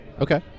Okay